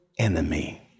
enemy